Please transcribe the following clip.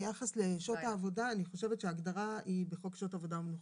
ביחס לשעות העבודה אני חושבת שההגדרה היא בחוק שעות עבודה מאוחר.